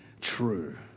true